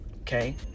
Okay